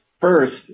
First